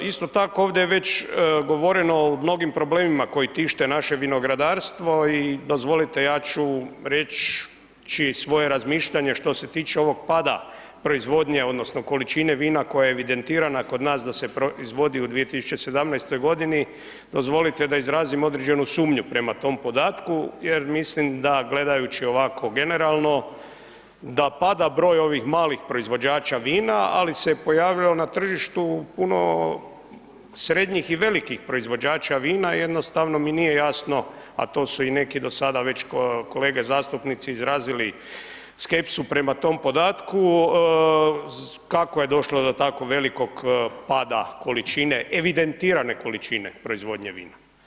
Isto tako ovdje je već govoreno o mnogim problemima koji tište naše vinogradarstvo i dozvolite, ja ću reći svoje razmišljanje što se tiče ovog pada proizvodnje odnosno količine vina koja je evidentirana kod nas da se izvozi u 2017.-oj, dozvolite da izrazim određenu sumnju prema tom podatku jer mislim da gledajući ovako generalno, da pada broj ovim malih proizvođača vina, ali se pojavilo na tržištu puno srednjih i velikih proizvođača vina, jednostavno mi nije jasno, a to su i neki do sada već kolege zastupnici izrazili skepsu prema tom podatku, kako je došlo do tako velikog pada količine, evidentirane količine proizvodnje vina.